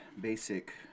basic